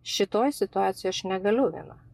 šitoj situacijoj aš negaliu viena